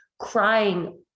crying